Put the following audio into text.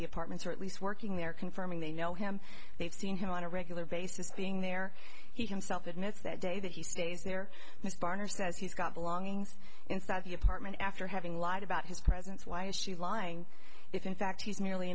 the apartments or at least working there confirming they know him they've seen him on a regular basis being there he himself admits that day that he stays near his barn or says he's got belongings inside of the apartment after having lied about his presence why is she lying if in fact he's merely